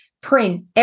print